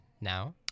now